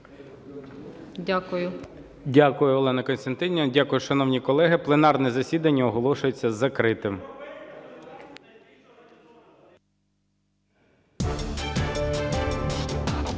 Дякую, Олено Костянтинівно. Дякую, шановні колеги. Пленарне засідання оголошується закритим.